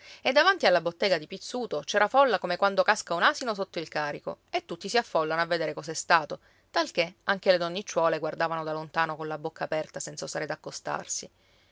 e davanti alla bottega di pizzuto c'era folla come quando casca un asino sotto il carico e tutti si affollano a vedere cos'è stato talché anche le donnicciuole guardavano da lontano colla bocca aperta senza osare d'accostarsi